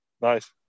Nice